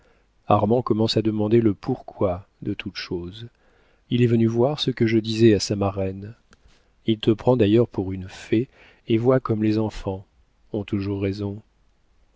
armand commence à demander le pourquoi de toute chose il est venu voir ce que je disais à sa marraine il te prend d'ailleurs pour une fée et vois comme les enfants ont toujours raison